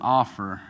offer